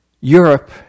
Europe